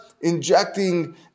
injecting